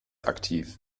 aktiv